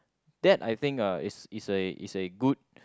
that I think uh is is a is a good